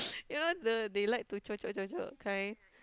you know the they like to cocok cocok kind